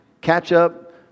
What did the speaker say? catch-up